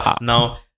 Now